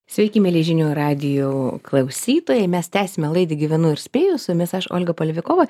sveiki mieli žinių radijo klausytojai mes tęsiame laidą gyvenu ir spėju su jumis aš olga palivikova